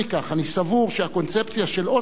אני סבור שהקונספציה של אוסלו,